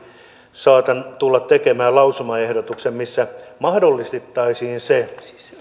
saatan tulla tekemään lausumaehdotuksen että mahdollistettaisiin se